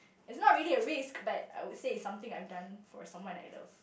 it's not really a risk but I would say it's something I have done for someone I love